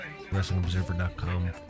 WrestlingObserver.com